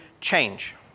change